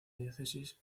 diócesis